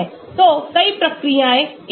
तो कई प्रक्रियाएं इस पर निर्भर करती हैं